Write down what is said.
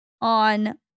on